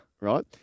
right